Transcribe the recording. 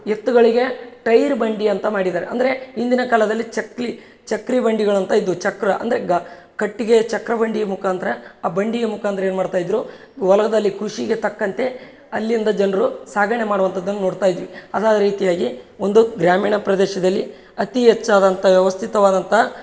ಎತ್ತುಗಳಿಗೆ ಟೈರ್ ಬಂಡಿ ಅಂತ ಮಾಡಿದಾರೆ ಅಂದರೆ ಇಂದಿನ ಕಾಲದಲ್ಲಿ ಚಕ್ಲಿ ಚಕ್ರ ಬಂಡಿಗಳಂತ ಇದ್ವು ಚಕ್ರ ಅಂದರೆ ಗ ಕಟ್ಟಿಗೆಯ ಚಕ್ರ ಬಂಡಿ ಮುಖಾಂತ್ರ ಆ ಬಂಡಿ ಮುಖಾಂತ್ರ ಏನುಮಾಡ್ತಾ ಇದ್ರು ಹೊಲದಲ್ಲಿ ಕೃಷಿಗೆ ತಕ್ಕಂತೆ ಅಲ್ಲಿಂದ ಜನರು ಸಾಗಣೆ ಮಾಡುವಂತದ್ದನ್ನು ನೋಡ್ತಾ ಇದ್ವಿ ಅದಾದ ರೀತಿಯಾಗಿ ಒಂದು ಗ್ರಾಮೀಣ ಪ್ರದೇಶದಲ್ಲಿ ಅತೀ ಹೆಚ್ಚಾದಂತ ವ್ಯವಸ್ಥಿತವಾದಂಥ